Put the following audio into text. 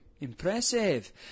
impressive